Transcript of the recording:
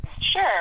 Sure